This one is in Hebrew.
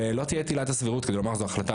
ולא תהיה את עילת הסבירות כדי לומר זו החלטה